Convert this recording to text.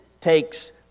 takes